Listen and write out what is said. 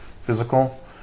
physical